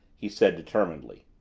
he said determinedly.